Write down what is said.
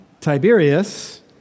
Tiberius